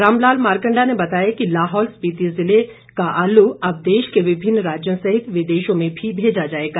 रामलाल मारकंडा ने बताया कि लाहौल स्पीति जिले के आलू अब देश के विभिन्न राज्यों सहित विदेशों में भी भेजा जाएगा